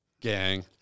gang